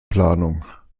planung